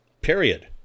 Period